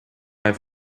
have